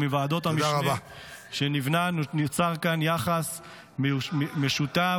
ומוועדת המשנה שנבנתה נוצר יחס משותף.